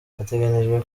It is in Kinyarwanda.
hateganijwe